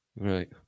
Right